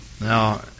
Now